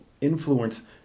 influence